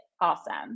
Awesome